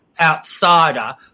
outsider